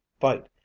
fight